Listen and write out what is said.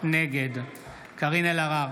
נגד קארין אלהרר,